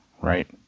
right